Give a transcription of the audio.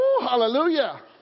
hallelujah